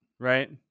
Right